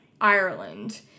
Ireland